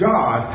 God